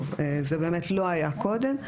זה לא היה קודם.